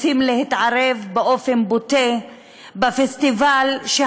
רוצים להתערב באופן בוטה בפסטיבל בה,